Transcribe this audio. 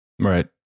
Right